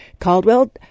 Caldwell